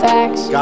Facts